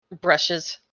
brushes